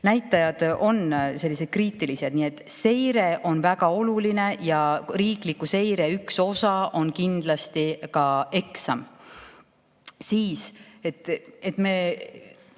näitajad on sellised kriitilised. Nii et seire on väga oluline ja riikliku seire üks osa on kindlasti ka eksam. Me ei